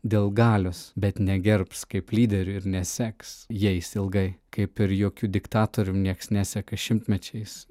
dėl galios bet negerbs kaip lyderių ir neseks jais ilgai kaip ir jokiu diktatorium niekas neseka šimtmečiais